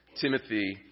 Timothy